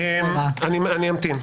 אמתין.